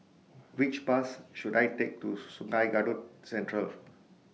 Which Bus should I Take to Sungei Kadut Central